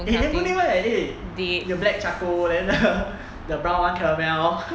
damn good name [one] eh the black charcoal then the the brown one caramel